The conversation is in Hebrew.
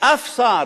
שום שר